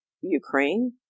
ukraine